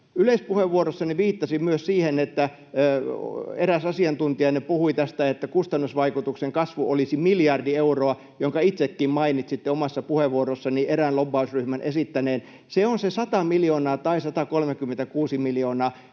Yleispuheenvuorossani viittasin myös siihen, että eräs asiantuntijanne puhui tästä, että kustannusvaikutuksen kasvu olisi miljardi euroa, jonka itsekin mainitsitte omassa puheenvuorossanne erään lobbausryhmän esittäneen. Se on se 100 miljoonaa tai 136 miljoonaa,